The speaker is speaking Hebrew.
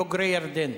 בוגרי ירדן.